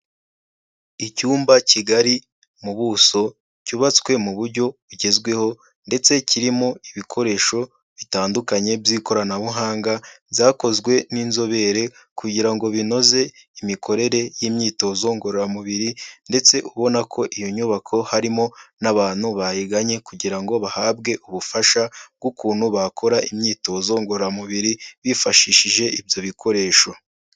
Icyumba kigari mu buso cyubatswe mu buryo bugezweho ndetse kirimo ibikoresho bitandukanye by'ikoranabuhanga byakozwe n'inzobere kugira ngo binoze imikorere y'imyitozo ngororamubiri ndetse ubona ko iyo nyubako harimo n'abantu bayigannye kugira ngo bahabwe ubufasha bw'ukuntu bakora imyitozo ngororamubiri bifashishije ibyo bikoresho.